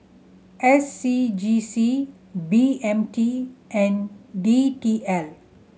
S C G C B M T and D T L